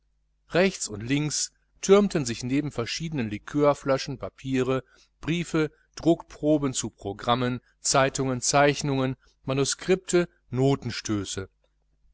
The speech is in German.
rechts und links türmten sich neben verschiedenen liqueurflaschen papiere briefe druckproben zu programmen zeitungen zeichnungen manuskripte